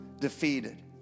defeated